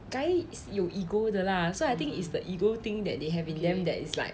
guys 有 ego 的 lah so I think is the ego thing that they have in them that is like